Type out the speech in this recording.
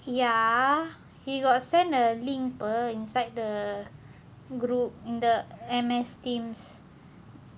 ya he got send a link [pe] inside err group in the M_S teams